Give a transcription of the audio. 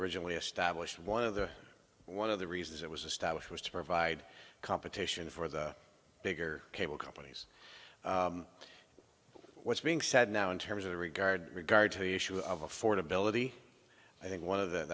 originally established one of the one of the reasons it was a status was to provide competition for the bigger cable companies what's being said now in terms of the regard regard to your shoe of affordability i think one of the